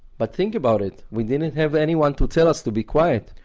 but think about it, we didn't have anyone to tell us to be quiet.